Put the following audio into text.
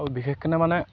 আৰু বিশেষকৈ মানে